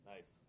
Nice